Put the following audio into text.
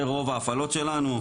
זה רוב ההפעלות שלנו.